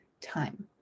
time